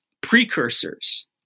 precursors